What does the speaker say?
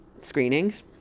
screenings